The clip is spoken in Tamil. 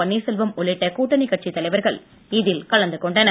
பன்னீர் செல்வம் உள்ளிட்ட கூட்டணி கட்சித் தலைவர்கள் இதில் கலந்து கொண்டனர்